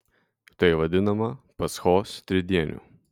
tai vadinama paschos tridieniu